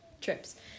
trips